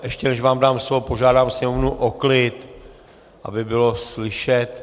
Ještě než vám dám slovo, požádám Sněmovnu o klid, aby bylo slyšet.